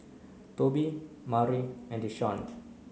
Tobie Mari and Desean